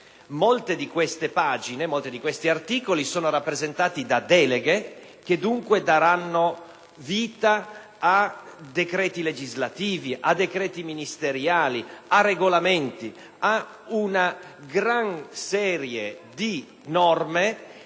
pagine di testo. Molti degli articoli sono rappresentati da deleghe che, dunque, daranno vita a decreti legislativi, a decreti ministeriali, a regolamenti e a tutta una serie di norme,